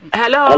hello